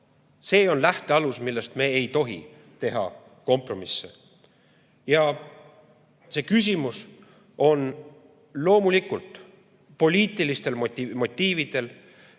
See on lähtealus, mille puhul me ei tohi teha kompromisse. Ja see küsimus on loomulikult poliitilistel motiividel